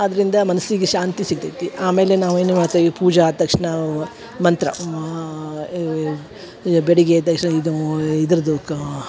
ಆದ್ದರಿಂದ ಮನ್ಸಿಗೆ ಶಾಂತಿ ಸಿಗ್ತೈತಿ ಆಮೇಲೆ ನಾವೇನು ಅಥ್ವ ಈ ಪೂಜೆ ಆದ ತಕ್ಷಣ ವ ಮಂತ್ರ ಏ ವೆ ಯ ಬೆಳಗ್ಗೆ ಎದ್ದ ತಕ್ಷಣ ಇದು ಇದರದ್ದು ಕಾ